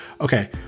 Okay